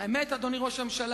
האמת היא, אדוני ראש הממשלה,